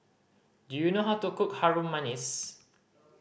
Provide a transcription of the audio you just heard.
do you know how to cook Harum Manis